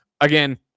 Again